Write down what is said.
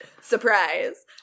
Surprise